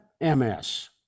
MS